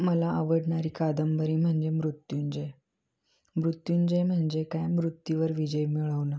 मला आवडणारी कादंबरी म्हणजे मृत्युंजय मृत्युंजय म्हणजे काय मृत्यवर विजय मिळवणं